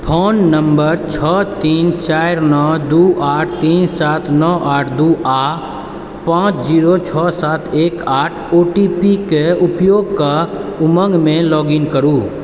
phone नम्बर छओ तीन चारि नओ दू आठ तीन सात नओ आठ दू आ पाँच जीरो छओ सात एक आठ ओ टी पी के उपयोग कऽ उमङ्गमे लॉग इन करू